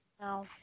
No